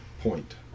point